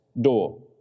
door